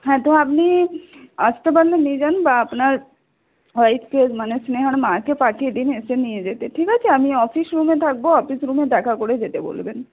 হ্যাঁ তো আপনি আসতে পারলে নিয়ে যান বা আপনার ওয়াইফকে মানে স্নেহার মাকে পাঠিয়ে দিন এসে নিয়ে যেতে ঠিক আছে আমি অফিস রুমে থাকব অফিস রুমে দেখা করে যেতে বলবেন